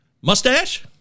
Mustache